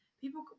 people